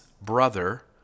brother